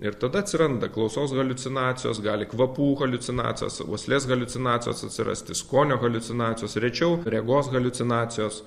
ir tada atsiranda klausos haliucinacijos gali kvapų haliucinacijos uoslės haliucinacijos atsirasti skonio haliucinacijos rečiau regos haliucinacijos